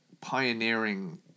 pioneering